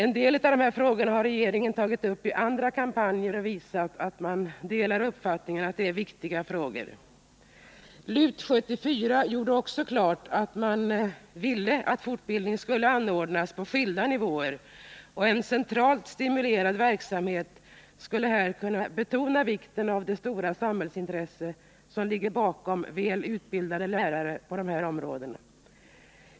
En del av dessa frågor har regeringen tagit upp i andra kampanjer och därigenom visat att den delar uppfattningen att det är viktiga frågor. 1974 års lärarutbildningsutredning, LUT 74, gjorde också klart att den ville att fortbildning skulle anordnas på skilda nivåer och att en centralt stimulerad verksamhet här skulle kunna betona vikten av det stora samhällsintresse som ligger bakom önskemålet om välutbildade lärare på dessa områden.